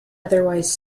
otherwise